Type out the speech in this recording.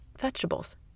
vegetables